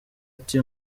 ati